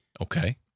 Okay